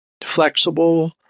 flexible